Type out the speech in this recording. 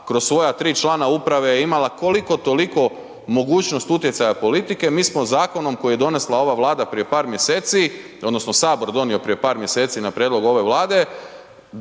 kroz svoja 3 člana uprave je imala koliko–toliko mogućnost utjecaja politike, mi smo zakonom koji je donesla ova Vlada prije mjeseci odnosno Sabor donio prije par mjeseci na prijedlog ove Vlade,